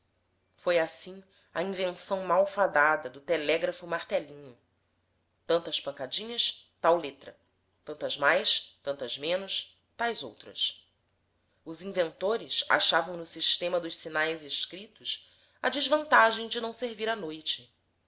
foi assim a invenção malfadada do telégrafo martelinho tantas pancadinhas tal letra tantas mais tantas menos tais outras os inventores achavam no sistema dos sinais escritos a desvantagem de não servir à noite